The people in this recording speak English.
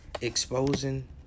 exposing